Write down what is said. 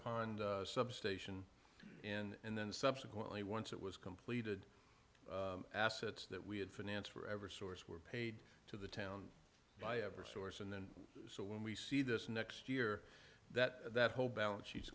pond substation and then subsequently once it was completed assets that we had finance for ever source were paid to the town by ever source and then so when we see this next year that that whole balance she